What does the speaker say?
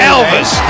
Elvis